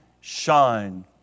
shine